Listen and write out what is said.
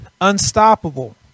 unstoppable